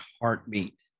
heartbeat